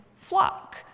flock